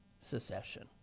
secession